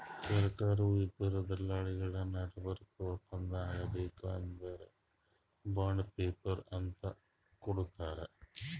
ಸರ್ಕಾರ್ದವ್ರು ಇಬ್ಬರ್ ದಲ್ಲಾಳಿಗೊಳ್ ನಡಬರ್ಕ್ ಒಪ್ಪಂದ್ ಆಗ್ಬೇಕ್ ಅಂದ್ರ ಬಾಂಡ್ ಪೇಪರ್ ಅಂತ್ ಕೊಟ್ಟಿರ್ತಾರ್